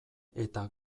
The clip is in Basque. eta